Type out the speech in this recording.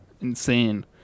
insane